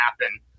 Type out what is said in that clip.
happen